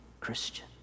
Christian